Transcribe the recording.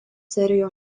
serijos